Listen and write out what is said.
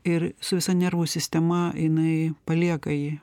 ir su visa nervų sistema jinai palieka jį